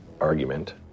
argument